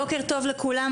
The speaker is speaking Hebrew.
בוקר טוב לכולם,